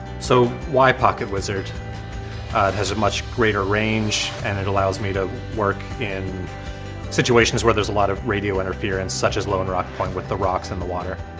so why pocketwizard? it has a much greater range and it allows me to work in situations where there's a lot of radio interference such as lone rock point with the rocks and the water.